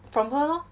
from her lor